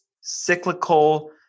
cyclical